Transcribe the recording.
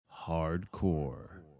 Hardcore